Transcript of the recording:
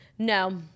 No